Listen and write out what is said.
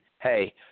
hey